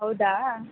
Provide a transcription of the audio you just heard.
ಹೌದಾ